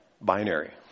binary